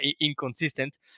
inconsistent